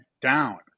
down